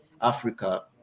africa